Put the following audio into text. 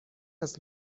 است